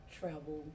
travel